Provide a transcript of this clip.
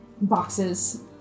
boxes